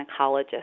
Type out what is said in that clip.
gynecologist